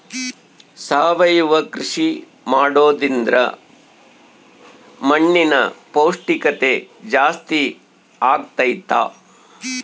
ಸಾವಯವ ಕೃಷಿ ಮಾಡೋದ್ರಿಂದ ಮಣ್ಣಿನ ಪೌಷ್ಠಿಕತೆ ಜಾಸ್ತಿ ಆಗ್ತೈತಾ?